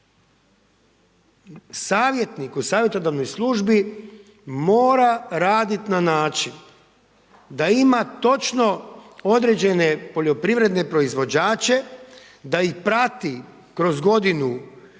Savjetnik u savjetodavnoj službi mora raditi na način da ima točno određene poljoprivredne proizvođače da ih prati kroz godinu